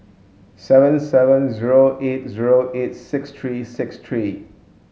seven seven zero eight zero eight six three six three